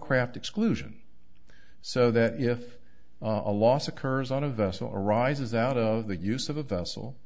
craft exclusion so that if a loss occurs on a vessel arises out of the use of a vessel